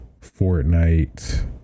Fortnite